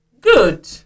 Good